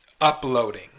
uploading